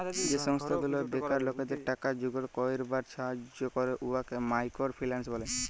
যে সংস্থা গুলা বেকার লকদের টাকা জুগাড় ক্যইরবার ছাহাজ্জ্য ক্যরে উয়াকে মাইকর ফিল্যাল্স ব্যলে